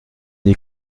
n’y